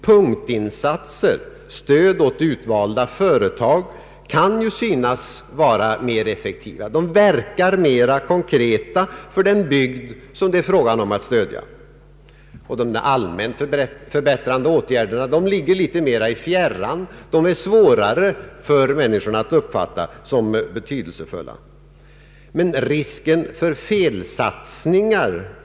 Punktinsatser, stöd åt utvalda företag, kan nämligen synas vara mer effektiva. De verkar mer konkreta för den bygd som man vill stödja. De allmänt förbättrande åtgärderna ligger litet mera i fjärran, det är svårare för människorna att uppfatta dem som betydelsefulla. Risken för felsatsningar är emellertid så Ang.